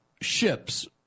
ships